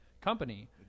company